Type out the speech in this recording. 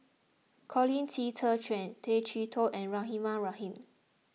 Colin Qi Zhe Quan Tay Chee Toh and Rahimah Rahim